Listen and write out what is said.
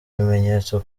ibimenyetso